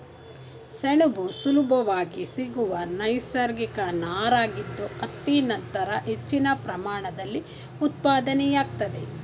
ಸೆಣಬು ಸುಲಭವಾಗಿ ಸಿಗುವ ನೈಸರ್ಗಿಕ ನಾರಾಗಿದ್ದು ಹತ್ತಿ ನಂತರ ಹೆಚ್ಚಿನ ಪ್ರಮಾಣದಲ್ಲಿ ಉತ್ಪಾದನೆಯಾಗ್ತದೆ